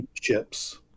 ships